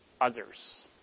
others